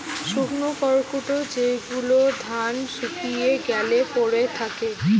শুকনো খড়কুটো যেগুলো ধান শুকিয়ে গ্যালে পড়ে থাকে